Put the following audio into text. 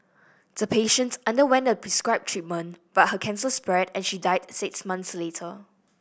the patient underwent the prescribed treatment but her cancer spread and she died six months later